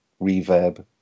reverb